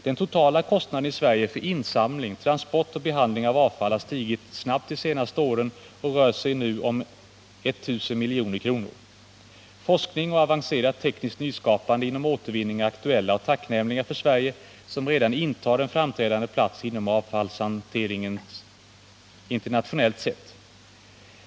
Den totala årliga kostnaden i Sverige för insamling, transport och behandling av avfall har stigit snabbt de senaste åren och rör sig nu om 1 000 milj.kr. Forskning och avancerat tekniskt nyskapande inom återvinning är aktuella och tacknämliga för Sverige, som redan intar en framträdande plats inom avfallshanteringen internationellt sett.